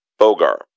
Bogar